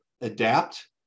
adapt